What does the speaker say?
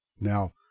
Now